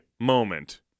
moment